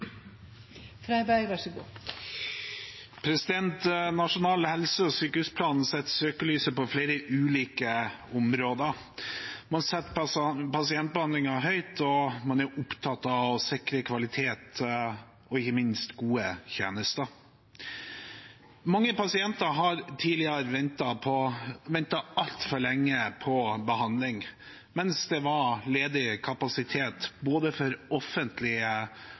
helse- og sykehusplanen setter søkelyset på flere ulike områder. Man setter pasientbehandlingen høyt, og man er opptatt av å sikre kvalitet og ikke minst gode tjenester. Mange pasienter har tidligere ventet altfor lenge på behandling, mens det var ledig kapasitet på både offentlige og private behandlingssteder. Fremskrittspartiet har i flere år jobbet for